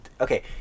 Okay